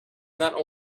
not